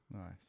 Nice